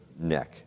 neck